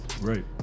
right